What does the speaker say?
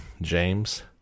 James